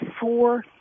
four